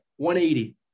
180